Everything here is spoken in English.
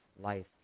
life